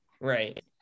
Right